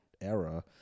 era